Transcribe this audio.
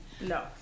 No